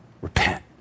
repent